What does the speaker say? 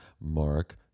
Mark